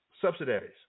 subsidiaries